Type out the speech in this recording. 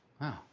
Wow